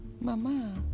Mama